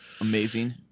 amazing